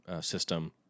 system